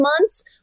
months